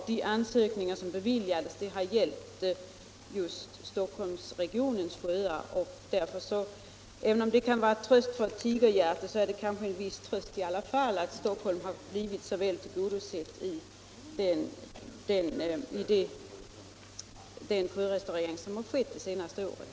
Även om det kan vara en tröst för ett tigerhjärta, så är det kanske en viss tröst i alla fall att Stockholm har blivit så väl tillgodosett i fråga om den sjörestaurering som har ägt rum de senaste åren.